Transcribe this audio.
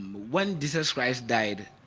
when jesus christ died